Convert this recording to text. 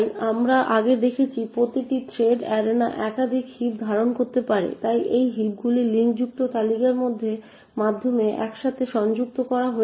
তাই আমরা আগে দেখেছি প্রতিটি থ্রেড এরেনা একাধিক হিপ ধারণ করতে পারে তাই এই হিপগুলি লিঙ্কযুক্ত তালিকার মাধ্যমে একসাথে সংযুক্ত করা হয়েছে